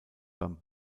beim